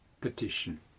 petition